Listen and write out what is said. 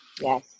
Yes